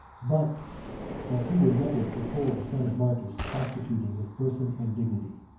but that he would never behold the son of marcus prostituting his person and dignity.